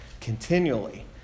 continually